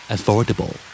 Affordable